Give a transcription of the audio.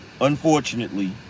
unfortunately